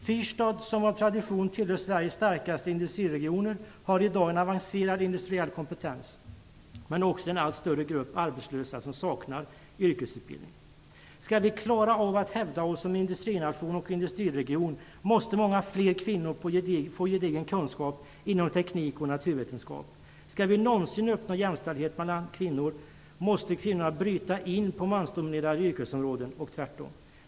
Fyrstad som av tradition tillhört Sveriges starkaste industriregioner har i dag en avancerad industriell kompetens men också en allt större grupp arbetslösa som saknar yrkesutbildning. Skall vi klara av att hävda oss som industrination och industriregion, måste många fler kvinnor få gedigna kunskaper inom teknik och naturvetenskap. Skall vi någonsin uppnå jämställdhet mellan män och kvinnor, måste kvinnorna bryta in på mansdominerade yrkesområden och tvärtom.